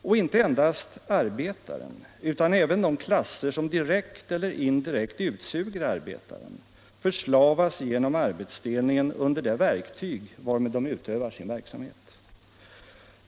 Och inte endast arbetaren utan även de klasser som direkt eller indirekt utsuger arbetaren förslavas genom arbetsdelningen under det verktyg varmed de utövar sin verksamhet.